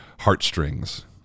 heartstrings